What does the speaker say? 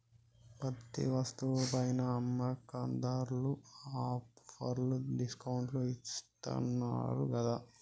ప్రతి వస్తువు పైనా అమ్మకందార్లు ఆఫర్లు డిస్కౌంట్లు ఇత్తన్నారు గదా